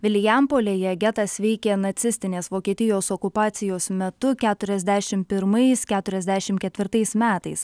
vilijampolėje getas veikė nacistinės vokietijos okupacijos metu keturiasdešim pirmais keturiasdešim ketvirtais metais